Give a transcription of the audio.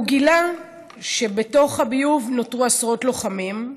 הוא גילה שבתוך הביוב נותרו עשרות לוחמים,